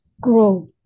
grow